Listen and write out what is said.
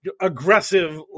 aggressive